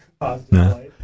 No